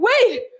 wait